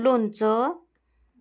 लोणचं